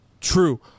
true